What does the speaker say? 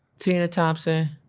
tina thompson,